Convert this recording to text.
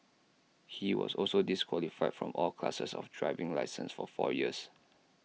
he was also disqualified from all classes of driving licenses for four years